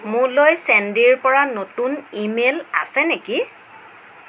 মোলৈ চেন্দিৰ পৰা নতুন ইমেইল আছে নেকি